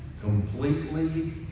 Completely